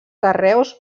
carreus